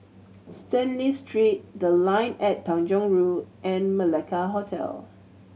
Stanley Street The Line and Tanjong Rhu and Malacca Hotel